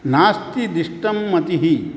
नास्तिदिष्टं मतिः